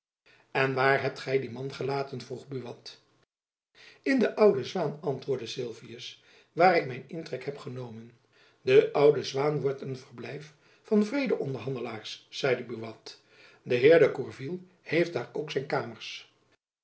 en waar hebt gy dien man gelaten vroeg buat in de oude zwaen antwoordde sylvius waar ik mijn intrek heb genomen de oude zwaen wordt een verblijf van vredeonderhandelaars zeide buat de heer de gourville heeft daar ook zijn kamers